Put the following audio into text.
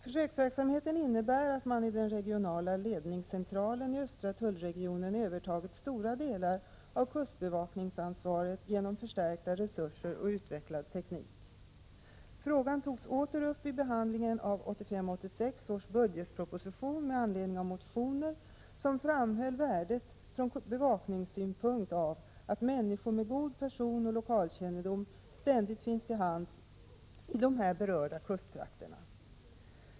Försöksverksamheten innebär att man i den regionala ledningscentralen i östra tullregionen övertagit stora delar av kustbevakningsansvaret genom förstärkta resurser och utvecklad teknik. Frågan togs åter upp vid behandlingen av 1985/86 års budgetproposition med anledning av motioner som framhöll värdet från bevakningssynpunkt av att människor med god personoch lokalkännedom ständigt finns till hands i de här berörda kusttrakterna.